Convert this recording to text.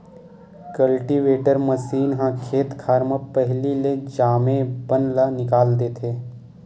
cultivator machine ह खेत खार म पहिली ले जामे बन ल निकाल देथे